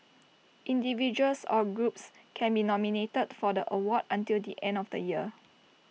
individuals or groups can be nominated for the award until the end of the year